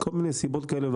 נכון?